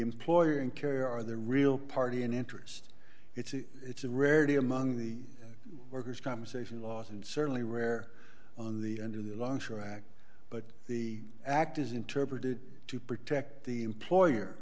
employer and carrier are the real party in interest it's a it's a rarity among the workers compensation laws and certainly rare on the under the longshore act but the act is interpreted to protect the employer